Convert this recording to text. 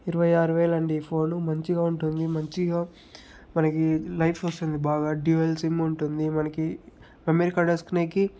ఇరవై ఆరు వేలండి ఫోన్ మంచిగా ఉంటుంది మంచిగా మనకి లైఫ్ వస్తుంది బాగా మనకి డ్యూయల్ సిమ్ ఉంటుంది మనకి మెమరీ కార్డు వేసుకునేకి